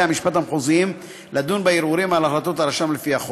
המשפט המחוזיים לדון בערעורים על החלטות הרשם לפי החוק.